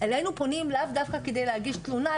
אלינו פונים לאו דווקא כדי להגיש תלונה,